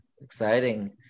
exciting